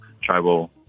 tribal